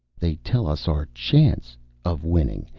they tell us our chance of winning.